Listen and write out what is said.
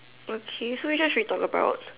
okay so you just read on the private